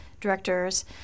directors